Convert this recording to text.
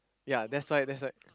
ya that's why that's why